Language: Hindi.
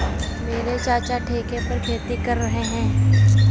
मेरे चाचा ठेके पर खेती कर रहे हैं